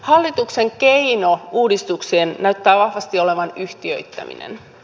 hallituksen keino uudistuksiin näyttää vahvasti olevan yhtiöittäminen